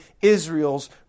Israel's